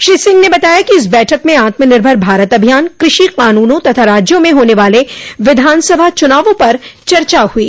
श्री सिंह ने बताया कि इस बैठक में आत्मनिर्भर भारत अभियान कृषि कानूनों तथा राज्यों में होने वाले विधानसभा चुनावों पर चर्चा हुई